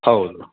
ಹೌದು